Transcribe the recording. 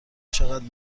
چقدر